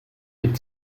mit